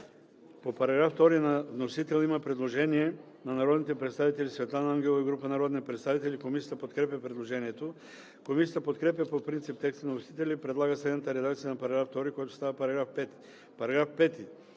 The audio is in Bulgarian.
По § 2 има предложение от народните представители Светлана Ангелова и група народни представители. Комисията подкрепя предложението. Комисията подкрепя по принцип текста на вносителя и предлага следната редакция на § 2, който става § 5: „§ 5.